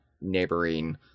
neighboring